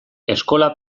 eskola